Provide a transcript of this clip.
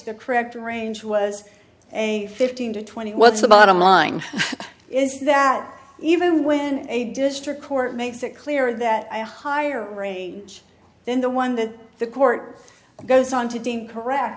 the correct range was a fifteen to twenty what's the bottom line is that even when a district court makes it clear that i higher range then the one that the court goes on to deem correct